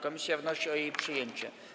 Komisja wnosi o jej przyjęcie.